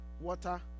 water